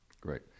Great